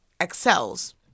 excels